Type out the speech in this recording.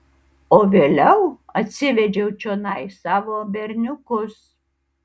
o vėliau atsivedžiau čionai savo berniukus